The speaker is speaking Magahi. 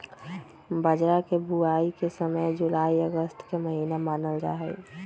बाजरा के बुवाई के समय जुलाई अगस्त के महीना मानल जाहई